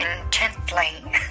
intently